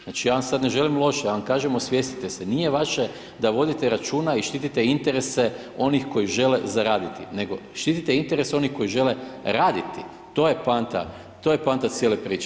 Znači, ja vam sada ne želim loše, ja vam kažem osvijestite se, nije vaše da vodite računa i štitite interese onih koji žele zaraditi, nego štitite interese onih koji žele raditi, to je poanta, to je poanta cijele priče.